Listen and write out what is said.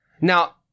now